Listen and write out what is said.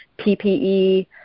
PPE